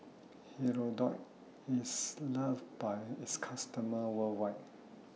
Hirudoid IS loved By its customers worldwide